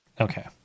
Okay